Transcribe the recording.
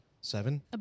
seven